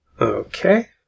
Okay